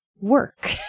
work